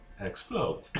Explode